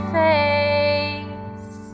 face